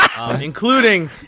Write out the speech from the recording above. Including